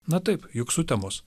na taip juk sutemos